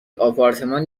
آپارتمان